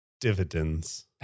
dividends